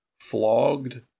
flogged